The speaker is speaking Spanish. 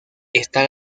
esta